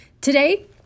today